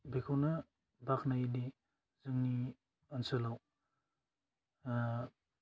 बेखौनो बाखनायोदि जोंनि ओनसोलाव ओह